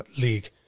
League